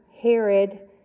Herod